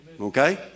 Okay